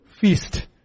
feast